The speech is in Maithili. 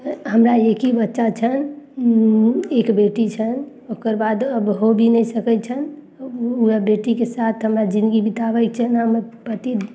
हमरा एक ही बच्चा छनि एक बेटी छनि ओकर बाद अब हो भी नहि सकय छनि वएह बेटीके साथ हमरा जिनगी बिताबयके छनि हमरा पति